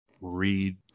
read